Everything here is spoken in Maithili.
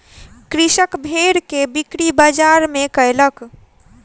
कृषक भेड़ के बिक्री बजार में कयलक